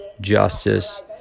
justice